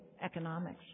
economics